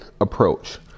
approach